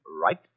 Right